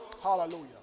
Hallelujah